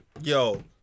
Yo